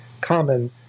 common